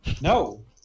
No